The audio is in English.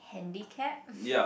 handicap